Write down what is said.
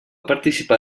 participar